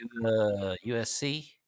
USC